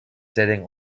sitting